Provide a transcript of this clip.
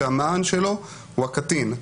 שהמען שלו הוא הקטין,